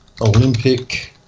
Olympic